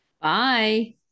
Bye